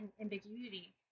ambiguity